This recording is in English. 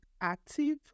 active